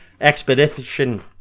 Expedition